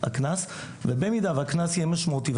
ובמידה והקנס יהיה משמעותי,